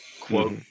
Quote